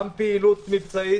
גם פעילות מבצעית